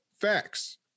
Facts